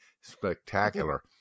spectacular